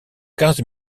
quinze